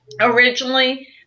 originally